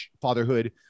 fatherhood